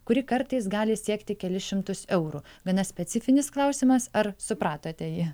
kuri kartais gali siekti kelis šimtus eurų gana specifinis klausimas ar supratote jį